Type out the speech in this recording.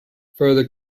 further